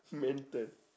mental